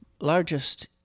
largest